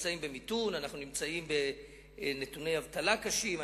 נמצאים במיתון ובנתוני אבטלה קשים,